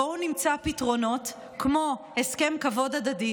בואו נמצא פתרונות כמו הסכם כבוד הדדי,